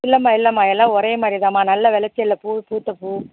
இல்லைம்மா இல்லைம்மா எல்லாம் ஒரே மாதிரி தான்ம்மா நல்ல வெளச்சலில் பூ பூத்த பூ